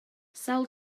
sawl